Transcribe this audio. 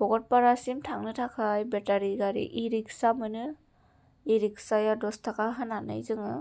भकतपारासिम थांनो थाखाय बेटारि गारि इ रिक्सा मोनो इ रिक्साया दस ताका होनानै जोङो